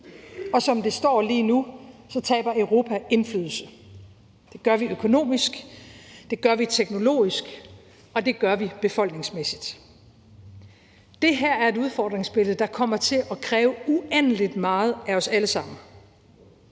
Og som det står lige nu, taber Europa indflydelse. Det gør vi økonomisk, det gør vi teknologisk, og det gør vi befolkningsmæssigt. Det her er et udfordringsbillede, der kommer til at kræve uendelig meget af os alle sammen,